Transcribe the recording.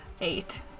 eight